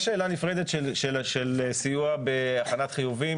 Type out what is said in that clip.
יש שאלה נפרדת של סיוע בהכנת חיובים,